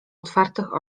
otwartych